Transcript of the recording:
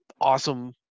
awesome